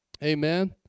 amen